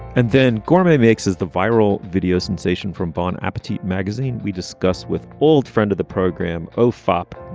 and then gormley makes as the viral video sensation from bon appetit magazine. we discuss with old friend of the program o fop,